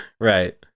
Right